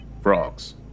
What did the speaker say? frogs